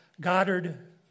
Goddard